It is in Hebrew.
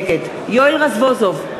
נגד יואל רזבוזוב,